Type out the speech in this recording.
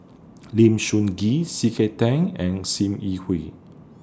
Lim Soo Ngee C K Tang and SIM Yi Hui